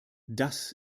das